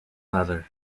leather